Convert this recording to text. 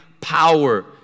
power